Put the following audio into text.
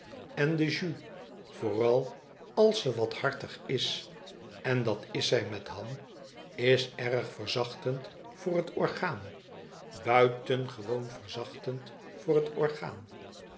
en de jus vooral als ze wat hartig is en dat is zij met ham is erg verzachtend voor het orgaan buitengewoon verzachtend voor het orgaan